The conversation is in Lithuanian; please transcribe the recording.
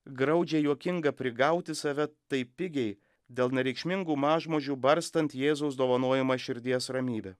graudžiai juokinga prigauti save taip pigiai dėl nereikšmingų mažmožių barstant jėzaus dovanojamą širdies ramybę